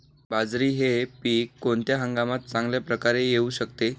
बाजरी हे पीक कोणत्या हंगामात चांगल्या प्रकारे येऊ शकते?